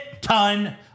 ton